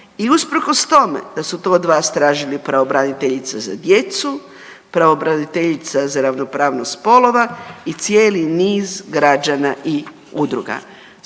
i usprkos tome da su to od vas tražili pravobraniteljica za djecu, pravobraniteljica za ravnopravnost spolova i cijeli niz građana i udruga.